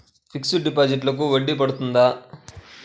Fixed డిపాజిట్లకు వడ్డీ పడుతుందా?